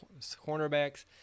cornerbacks